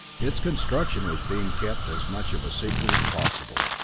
its construction was being kept as much of a secret as possible,